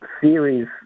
series